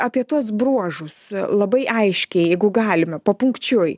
apie tuos bruožus labai aiškiai jeigu galime papunkčiui